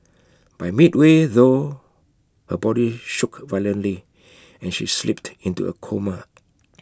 but midway through her body shook violently and she slipped into A coma